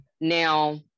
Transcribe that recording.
Now